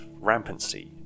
rampancy